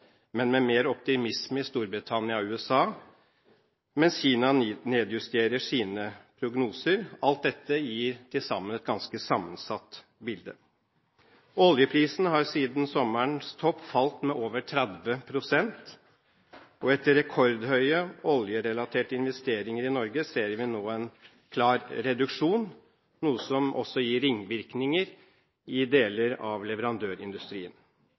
men med mer optimisme i Storbritannia og USA, mens Kina nedjusterer sine prognoser – alt dette gir til sammen et ganske sammensatt bilde. Oljeprisen har siden sommerens topp falt med over 30 pst., og etter rekordhøye oljerelaterte investeringer i Norge ser vi nå en klar reduksjon, noe som gir ringvirkninger i deler av leverandørindustrien.